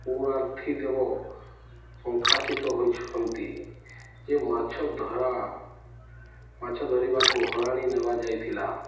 ଉଣାର୍ଥୀ ଦେବ ପ୍ରକାଶିତ ହୋଇଛନ୍ତି ଯେ ମାଛ ଧରା ମାଛ ଧରିବାକୁ ହରାଣି ନେବା ଯାଇଥିଲା